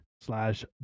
Slash